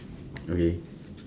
okay